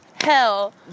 hell